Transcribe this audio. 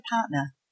partner